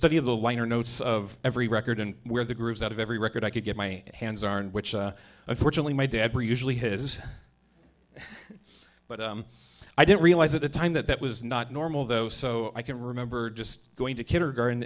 study of the liner notes of every record and where the grooves out of every record i could get my hands aren't which unfortunately my dad were usually his but i didn't realize at the time that that was not normal though so i can remember just going to kindergarten